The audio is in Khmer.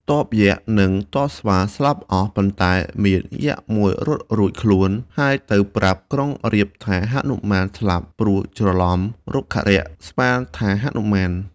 ទ័ពយក្សនិង ទ័ពស្វាស្លាប់អស់ ប៉ុន្តែមានយក្សមួយរត់រួចខ្លួន ហើយទៅប្រាប់ក្រុងរាពណ៍ថាហនុមានស្លាប់ ព្រោះច្រឡំរុក្ខរក្ស ស្មានថាហនុមាន។